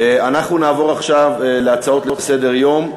אנחנו נעבור עכשיו להצעות לסדר-היום,